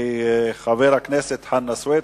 חבר הכנסת חנא סוייד,